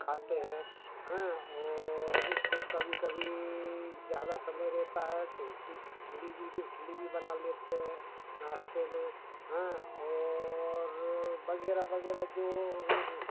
खाते हैं हाँ और जो कभी कभी ज़्यादा समय रहता है तो उसकी इडली इडली भी बना लेते हैं नाश्ते में हाँ और वग़ैरह वग़ैरह जो